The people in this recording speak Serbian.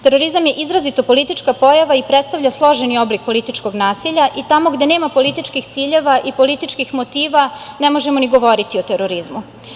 Terorizam je izrazito politička pojava i predstavlja složeni oblik političkog nasilja i tamo gde nema političkih ciljeva i političkih motiva ne možemo ni govoriti o terorizmu.